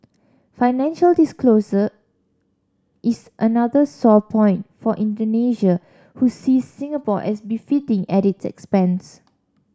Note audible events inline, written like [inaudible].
financial disclosure is another sore point for Indonesia who sees Singapore as [unintelligible] at its expense